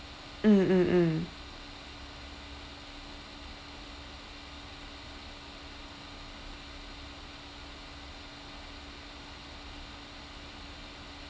mm mm mm